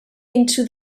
into